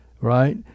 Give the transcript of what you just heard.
Right